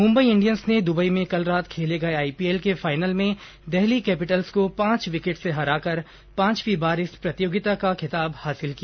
Mumbai Indians ने Dubai में कल रात खेले गए आईपीएल के फाइनल में देहली कैपिटल्स को पांच विकेट से हराकर पांचवीं बार इस प्रतियोगिता का खिताब हासिल किया